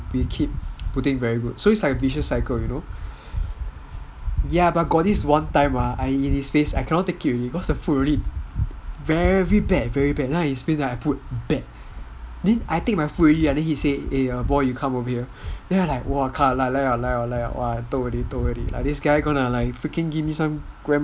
then we keep putting very good so it's a vicious cycle you know then got this one time I in his face I cannot take it already cause the food really very bad very bad then I in his face put bad then I take my food already right then he say boy you come over here then I like !wah! 来 liao 来 liao !wah! toh already toh already like this guy gonna freaking give me some